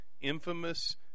infamous